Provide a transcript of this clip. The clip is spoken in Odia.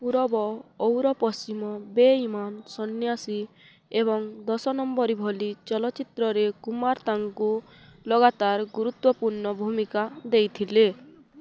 ପୂରବ ଔର ପଶ୍ଚିମ ବେଇମାନ ସନ୍ନ୍ୟାସୀ ଏବଂ ଦଶ ନମ୍ବରି ଭଲି ଚଳଚ୍ଚିତ୍ରରେ କୁମାର ତାଙ୍କୁ ଲଗାତାର ଗୁରୁତ୍ୱପୂର୍ଣ୍ଣ ଭୂମିକା ଦେଇଥିଲେ